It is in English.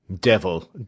Devil